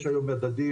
יש היום מדדים,